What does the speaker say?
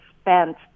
spent